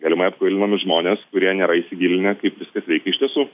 galimai apkvailinami žmonės kurie nėra įsigilinę kaip viskas veikia iš tiesų